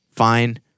fine